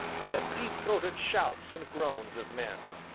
and the deep-throated shouts and groans of men.